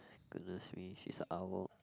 goodness me she's a owl